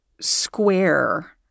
square